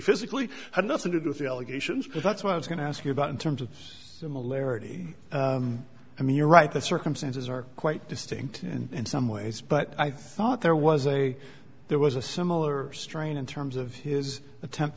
physically had nothing to do with the allegations because that's what i was going to ask you about in terms of similarity i mean you're right the circumstances are quite distinct and in some ways but i thought there was a there was a similar strain in terms of his attempt